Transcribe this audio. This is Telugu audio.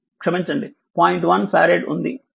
1 ఫారెడ్ ఉంది